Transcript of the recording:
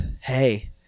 hey